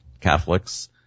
Catholics